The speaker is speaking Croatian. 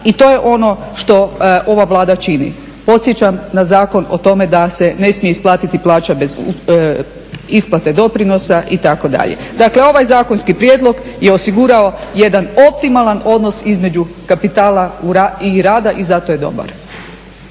i to je ono što ova Vlada čini. Podsjećam na zakon o tome da se ne smije isplatiti plaća bez isplate doprinosa itd. Dakle ovaj zakonski prijedlog je osigurao jedan optimalan odnos između kapitala i rada i zato je dobar.